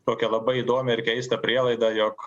tokią labai įdomią ir keistą prielaidą jog